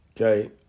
Okay